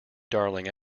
darling